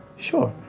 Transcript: sure,